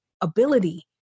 ability